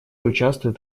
участвует